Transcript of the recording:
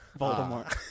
voldemort